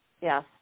yes